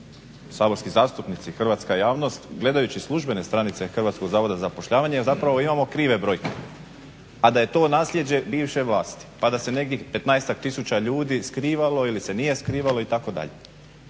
saborski zastupnici, hrvatska javnost gledajući službene stranice Hrvatskog zavoda za zapošljavanje zapravo imamo krive brojke. A da je to nasljeđe bivše vlasti, mada se nekih 15 tisuća ljudi skrivalo ili se nije skrivalo itd.